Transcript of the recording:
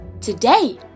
Today